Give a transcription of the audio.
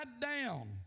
down